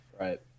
Right